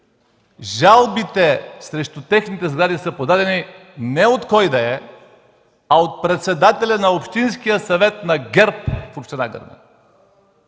жалбите срещу техните сгради са подадени не от кой да е, а от председателя на общинския съвет на ГЕРБ в община Гърмен.